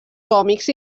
còmics